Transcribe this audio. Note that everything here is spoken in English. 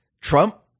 Trump